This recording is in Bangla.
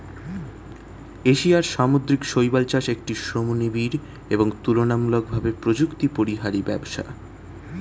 এশিয়ার সামুদ্রিক শৈবাল চাষ একটি শ্রমনিবিড় এবং তুলনামূলকভাবে প্রযুক্তিপরিহারী ব্যবসা